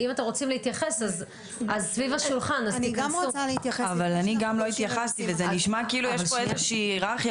אבל אני גם לא התייחסתי וזה נשמע כאילו יש פה איזושהי היררכיה,